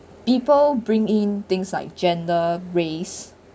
people bring in things like gender race